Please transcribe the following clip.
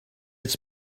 its